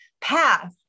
path